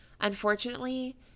Unfortunately